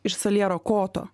ir saliero koto